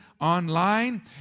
online